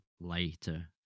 later